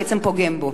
בעצם פוגם בו?